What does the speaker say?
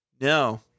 No